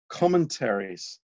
commentaries